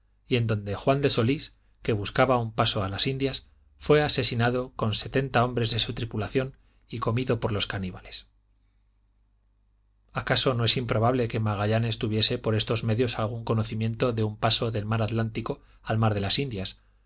y en donde juan de solís que buscaba un paso a las indias fué asesinado con sesenta hombres de su tripulación y comido por los caníbales acaso no es improbable que magallanes tuviese por estos medios algún conocimiento de un paso del mar atlántico al mar de las indias